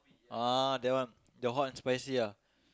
ah that one the hot and spicy ah